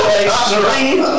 extreme